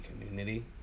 community